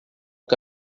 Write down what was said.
que